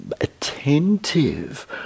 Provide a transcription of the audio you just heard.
attentive